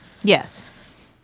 Yes